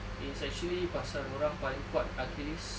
is actually pasal orang paling kuat achilles